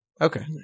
Okay